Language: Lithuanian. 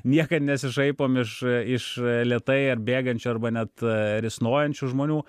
niekad nesišaipom iš iš lėtai atbėgančių arba net risnojančių žmonių